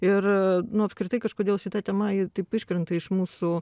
ir nu apskritai kažkodėl šita tema ji taip iškrenta iš mūsų